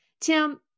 Tim